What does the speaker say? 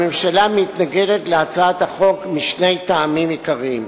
הממשלה מתנגדת להצעת החוק משני טעמים עיקריים.